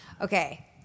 Okay